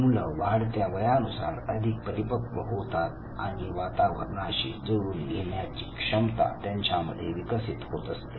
मुलं वाढत्या वयानुसार अधिक परिपक्व होतात आणि वातावरणाशी जुळवून घेण्याची क्षमता त्यांच्यामते विकसित होत असते